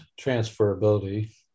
transferability